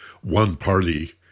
one-party